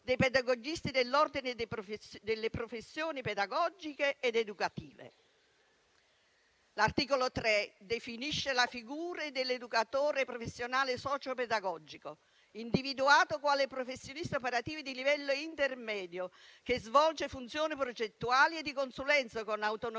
L'articolo 3 definisce la figura dell'educatore professionale socio-pedagogico, individuato quale professionista operativo di livello intermedio, che svolge funzioni progettuali e di consulenza, con autonomia